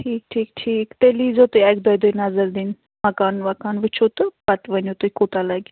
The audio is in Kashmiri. ٹھیٖک ٹھیٖک ٹھیٖک تیٚلہِ ییٖزیٚو تُہۍ اَکہِ دۅیہِ دۅہۍ نظر دِنہِ مکان وِکان وُچھِو تہٕ پتہٕ ؤنِو تُہی کوتاہ لَگہِ